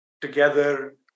together